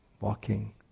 walking